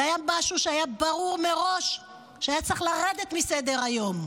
זה משהו שהיה ברור מראש שהיה צריך לרדת מסדר-היום.